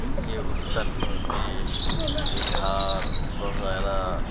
یہ اتر پردیش بہار وغیرہ